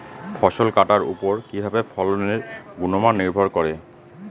ফসল কাটার উপর কিভাবে ফসলের গুণমান নির্ভর করে?